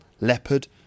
leopard